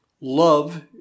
love